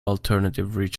alternative